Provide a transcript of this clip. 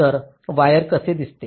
तर वायर कसे दिसते